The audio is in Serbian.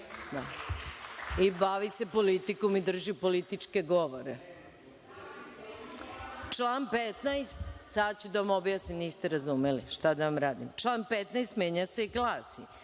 i bavi se politikom i drži političke govore. Sad ću da vam objasnim, niste razumeli, šta da vam radim. Član 15. menja se i glasi